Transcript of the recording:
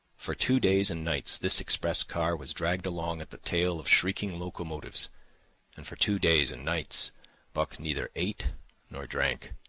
for two days and nights this express car was dragged along at the tail of shrieking locomotives and for two days and nights buck neither ate nor drank.